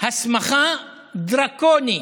הסמכה דרקוני.